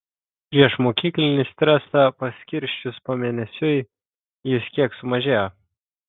priešmokyklinį stresą paskirsčius pamėnesiui jis kiek sumažėjo